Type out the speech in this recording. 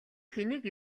хэнийг